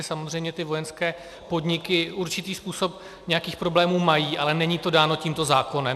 Samozřejmě ty vojenské podniky určitý způsob nějakých problémů mají, ale není to dáno tímto zákonem.